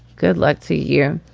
good luck to you